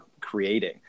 creating